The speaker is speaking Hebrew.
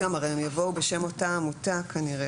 הרי הם יבואו בשם אותה עמותה כנראה,